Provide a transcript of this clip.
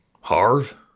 Harv